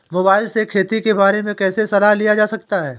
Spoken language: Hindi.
मोबाइल से खेती के बारे कैसे सलाह लिया जा सकता है?